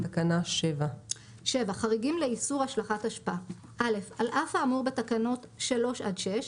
תקנה 7. חריגים לאיסור השלכת אשפה 7. (א) על אף האמור בתקנות 3 עד 6,